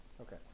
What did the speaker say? Okay